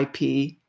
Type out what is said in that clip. IP